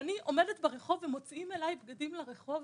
ואני עומדת ברחוב ומוציאים אלי בגדים לרחוב,